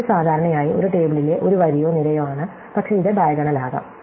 ഇത് സാധാരണയായി ഒരു ടേബിളിലെ ഒരു വരിയോ നിരയോ ആണ് പക്ഷേ ഇത് ഡയഗണൽ ആകാം